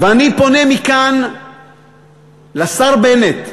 ואני פונה מכאן לשר בנט,